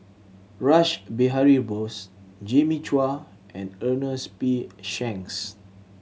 Rash Behari Bose Jimmy Chua and Ernest P Shanks